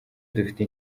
dufite